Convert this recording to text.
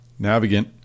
Navigant